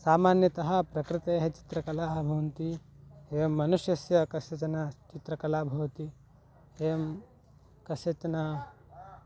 सामान्यतः प्रकृतेः चित्रकलाः भवन्ति एवं मनुष्यस्य कस्यचन चित्रकला भवति एवं कस्यचन